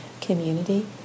community